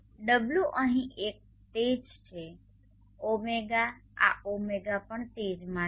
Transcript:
ω અહીં એક તેજ છે ઓમેગા આ ઓમેગા પણ તેજમાં છે